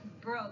bro